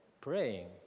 praying